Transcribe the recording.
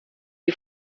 die